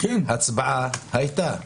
הצבעה הייתה.